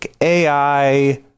AI